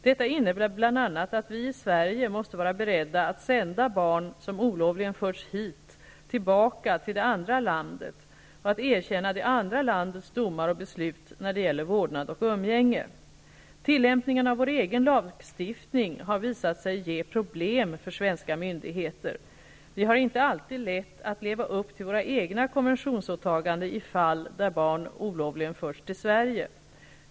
Detta innebär bl.a. att vi i Sverige måste vara beredda att sända barn som olovligen förts hit tillbaka till det andra landet och att erkänna det andra landets domar och beslut när det gäller vårdnad och umgänge. Tillämpningen av vår egen lagstiftning har visat sig ge problem för svenska myndigheter. Vi har inte alltid lätt att leva upp till våra egna konventionsåtaganden i fall där barn olovligen förts till Sverige.